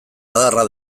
adarra